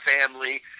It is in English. family